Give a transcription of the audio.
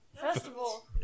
Festival